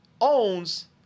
owns